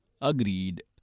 agreed